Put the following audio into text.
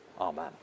amen